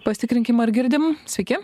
pasitikrinkim ar girdim sveiki